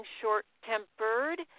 short-tempered